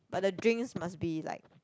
but the drinks must be like